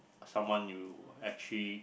someone you actually